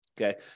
Okay